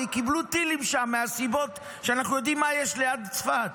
וקיבלו טילים שם מהסיבות שאנחנו יודעים מה יש ליד צפת.